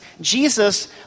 Jesus